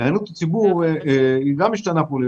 היענות הציבור גם משתנה פה,